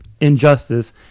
injustice